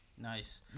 Nice